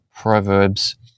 Proverbs